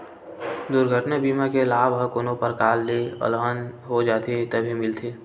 दुरघटना बीमा के लाभ ह कोनो परकार ले अलहन हो जाथे तभे मिलथे